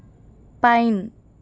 pine